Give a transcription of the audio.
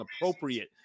appropriate